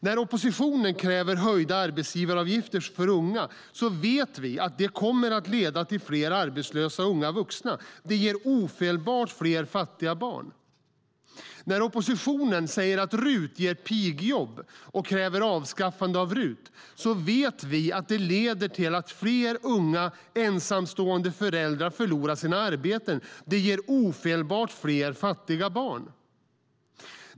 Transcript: När oppositionen kräver höjda arbetsgivaravgifter för unga vet vi att det kommer att leda till fler arbetslösa unga vuxna. Det ger ofelbart fler fattiga barn. När oppositionen säger att RUT ger pigjobb och kräver avskaffande av RUT vet vi att det leder till att fler unga, ensamstående föräldrar förlorar sina arbeten. Det ger ofelbart fler fattiga barn.